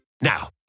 Now